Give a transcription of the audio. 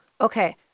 Okay